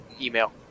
email